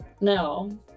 no